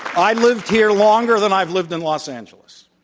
i lived here longer than i have lived in los angeles.